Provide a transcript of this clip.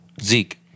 Zeke